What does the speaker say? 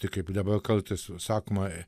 tai kaip dabar kaltais sakoma